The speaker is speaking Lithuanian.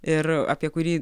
ir apie kurį